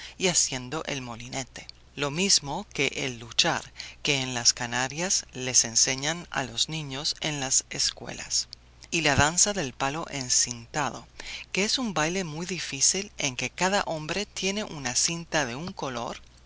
y haciendo el molinete lo mismo que el luchar que en las canarias les enseñan a los niños en las escuelas y la danza del palo encintado que es un baile muy difícil en que cada hombre tiene una cinta de un color